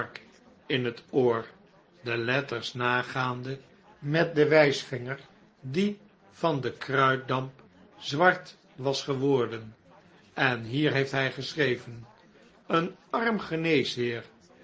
in het oor de letters nagaande met den wijsvinger die van den kruitdamp zwart was geworden en hier heeft hij geschreven een arm